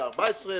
ב-14%,